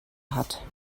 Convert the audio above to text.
hut